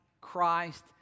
Christ